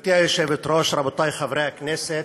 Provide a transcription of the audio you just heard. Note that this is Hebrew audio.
גברתי היושבת-ראש, רבותיי חברי הכנסת,